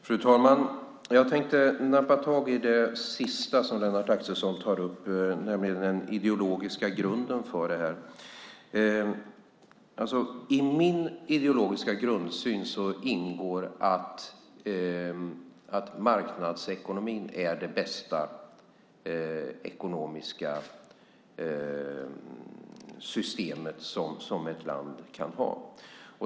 Fru talman! Jag tänker nappa tag i det som Lennart Axelsson tog upp i slutet av sitt inlägg, nämligen den ideologiska grunden för det här. I min ideologiska grundsyn ingår att marknadsekonomin är det bästa ekonomiska system som ett land kan ha.